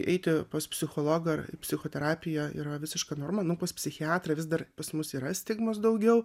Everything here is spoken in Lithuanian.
eiti pas psichologą ar psichoterapija yra visiška norma nu pas psichiatrą vis dar pas mus yra stigmos daugiau